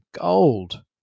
gold